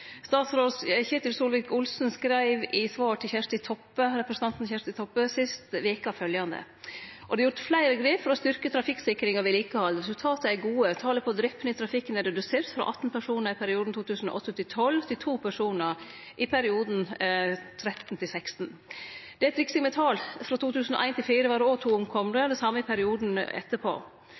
Statsråd Ketil Solvik-Olsen skreiv i svar til representanten Kjersti Toppe sist veke følgjande: det er gjort fleire grep for å styrke trafikksikring og vedlikehald. Resultata er gode. Talet på drepne i trafikken er redusert frå 18 personar i perioden 2008–12 til 2 personar i åra 2013–16.» Det er triksing med tal. Frå 2001 til 2004 var det òg to omkomne. Og det same i perioden etterpå.